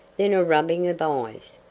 then a rubbing of eyes,